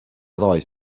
ddoe